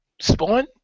Spawn